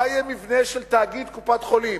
מה יהיה מבנה של תאגיד קופת-חולים.